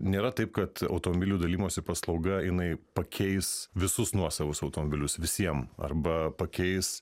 nėra taip kad automobilių dalijimosi paslauga jinai pakeis visus nuosavus automobilius visiem arba pakeis